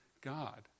God